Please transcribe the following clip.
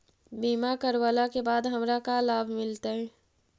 बीमा करवला के बाद हमरा का लाभ मिलतै?